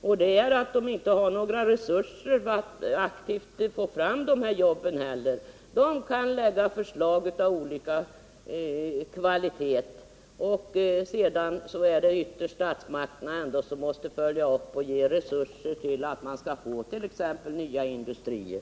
Det beror på att de inte har några resurser att aktivt få fram jobb. De kan lägga förslag av olika kvalitet. Sedan är det ytterst statsmakterna som måste följa upp förslagen och ge resurser åt t.ex. nya industrier.